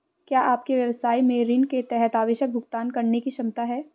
क्या आपके व्यवसाय में ऋण के तहत आवश्यक भुगतान करने की क्षमता है?